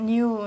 New